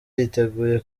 yiteguye